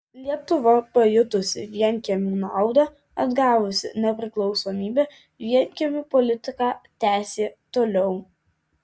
lietuva pajutusi vienkiemių naudą atgavusi nepriklausomybę vienkiemių politiką tęsė toliau